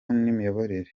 n’imiyoborere